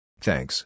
Thanks